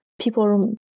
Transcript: people